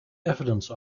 evidence